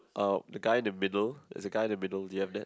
uh the guy in the middle there's a guy in the middle do you have that